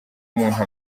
umuntu